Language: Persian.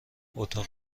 اتاق